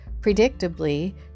Predictably